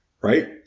right